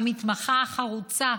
המתמחה החרוצה,